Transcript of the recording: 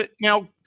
now